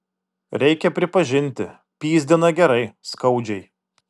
reikia pripažinti pyzdina gerai skaudžiai